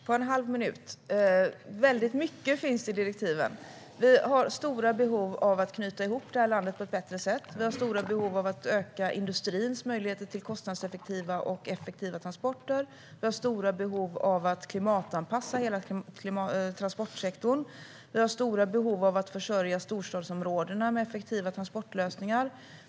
Fru talman! Det finns väldigt mycket i direktiven. Vi har stora behov av att knyta ihop det här landet på ett bättre sätt. Vi har stora behov av att öka industrins möjligheter till kostnadseffektiva och effektiva transporter. Vi har stora behov av att klimatanpassa hela transportsektorn. Vi har stora behov av att försörja storstadsområdena med effektiva transportlösningar.